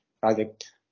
project